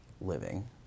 living